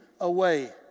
away